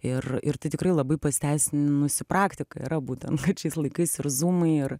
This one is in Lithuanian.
ir ir tai tikrai labai pasiteisinusi praktika yra būtent kad šiais laikais ir zūmai ir